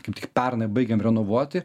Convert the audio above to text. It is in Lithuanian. kaip tik pernai baigėm renovuoti